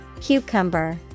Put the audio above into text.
Cucumber